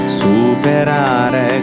superare